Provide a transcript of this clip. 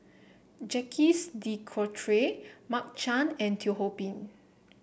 Jacques De Coutre Mark Chan and Teo Ho Pin